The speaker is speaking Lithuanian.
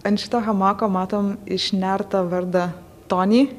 ant šito hamako matom išnertą vardą tony